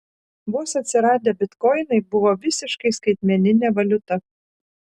vos atsiradę bitkoinai buvo visiškai skaitmeninė valiuta